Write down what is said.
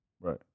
Right